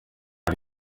ari